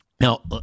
Now